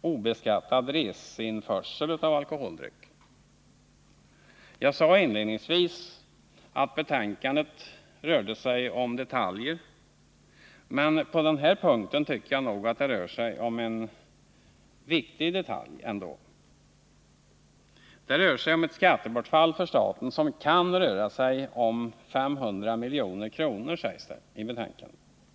obeskattad resandeinförsel av alkoholdrycker. Jag sade inledningsvis att betänkandet rörde sig om detaljer, men på den här punkten tycker jag nog ändå att det rör sig om en viktig detalj. Det rör sig om ett skattebortfall för staten som kan uppgå till 500 milj.kr. om året.